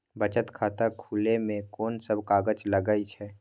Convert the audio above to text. बचत खाता खुले मे कोन सब कागज लागे छै?